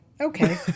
Okay